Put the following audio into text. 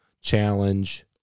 challenge